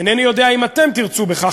אינני יודע אם אתם תרצו בכך,